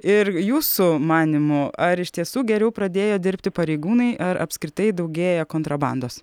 ir jūsų manymu ar iš tiesų geriau pradėjo dirbti pareigūnai ar apskritai daugėja kontrabandos